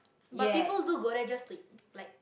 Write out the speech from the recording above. but people do go there just to like